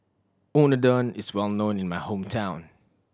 unadon is well known in my hometown